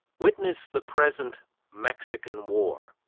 witness the present mexican war,